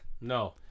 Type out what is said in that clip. No